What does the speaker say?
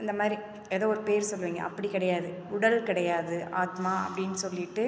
இந்தமாதிரி எதோ ஒரு பேர் சொல்லுவிங்க அப்படி கிடையாது உடல் கிடையாது ஆத்மா அப்படின் சொல்லிவிட்டு